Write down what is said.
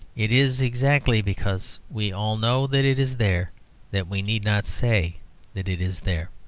it is exactly because we all know that it is there that we need not say that it is there.